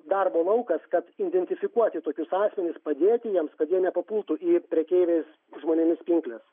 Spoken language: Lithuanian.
darbo laukas kad identifikuoti tokius asmenis padėti jiems kad jie nepapultų į prekeiviais žmonėmis pinkles